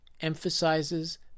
emphasizes